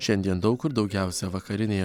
šiandien daug kur daugiausia vakarinėje